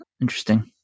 Interesting